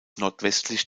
nordwestlich